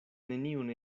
neniun